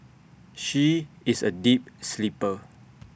she is A deep sleeper